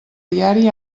diari